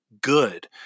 good